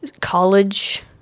college